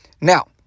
Now